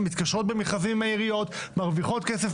נכון שהן מתקשרות במכרזים עם העיריות ומרוויחות כסף.